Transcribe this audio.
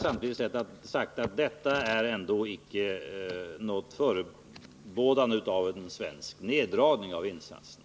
Samtidigt har jag sagt att detta ändå inte är något förebådande av en svensk neddragning av insatserna.